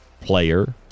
player